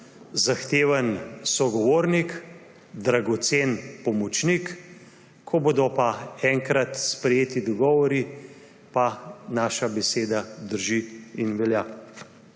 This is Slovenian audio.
zahteven sogovornik, dragocen pomočnik; ko bodo pa enkrat sprejeti dogovori, pa naša beseda drži in velja.